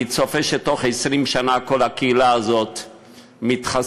אני צופה שבתוך 20 שנה כל הקהילה הזאת מתחסלת,